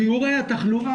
שיעורי התחלואה,